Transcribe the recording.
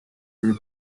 three